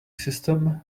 system